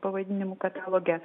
pavadinimu kataloge